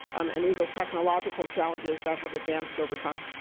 um and these are technological challenges that have advanced over time.